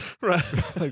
Right